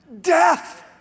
Death